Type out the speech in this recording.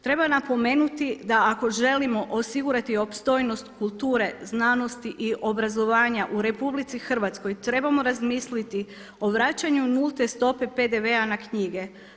Treba napomenuti da ako želimo osigurati opstojnost kulture znanosti i obrazovanja u RH trebamo razmisliti o vraćanju nulte stope PDV-a na knjige.